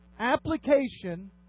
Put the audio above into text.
Application